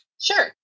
sure